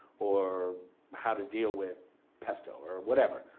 or how to deal with pesto or whatever.